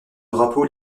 drapeau